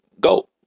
go